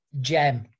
gem